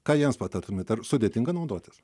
ką jiems patartumėte ar sudėtinga naudotis